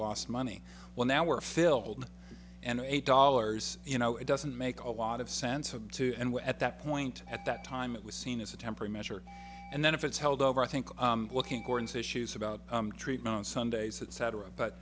lost money well now we're filled and eight dollars you know it doesn't make a lot of say and so too and at that point at that time it was seen as a temporary measure and then if it's held over i think looking towards issues about treatment on sundays it cetera but